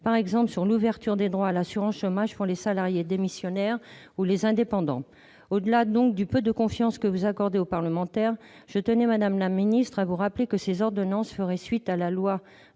par exemple, sur l'ouverture des droits à l'assurance chômage pour les salariés démissionnaires ou les indépendants. Au-delà du peu de confiance que vous accordez aux parlementaires, je tenais donc, madame la ministre, à vous rappeler que ces ordonnances feraient suite à la loi